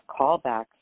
callbacks